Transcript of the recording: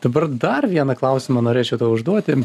dabar dar vieną klausimą norėčiau tau užduoti